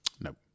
No